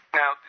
now